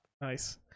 nice